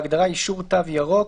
בהגדרה "אישור תו ירוק"